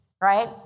right